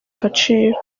gaciro